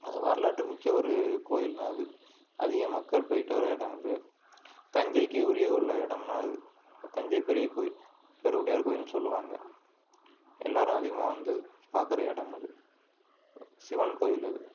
அது வரலாற்று மிக்க ஒரு கோவில்தான் அது அதிக மக்கள் போய்ட்டு வர்ற எடம் அது தஞ்சைக்கே உரிய உள்ள இடம்னா அது தஞ்சை பெரிய கோவில் பெருவுடையார் கோவிலுன்னு சொல்வாங்க எல்லோரும் அதிகமாக வந்து பாக்கிற இடம் அது சிவன் கோயில் அது